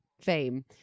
fame